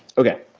okay.